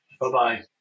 Bye-bye